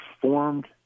formed